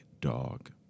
Dog